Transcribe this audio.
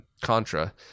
Contra